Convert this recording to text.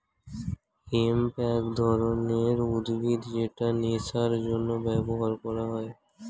hemp এক ধরনের উদ্ভিদ যেটা নেশার জন্য ব্যবহার করা হয়